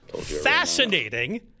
fascinating